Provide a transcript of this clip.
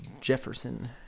Jefferson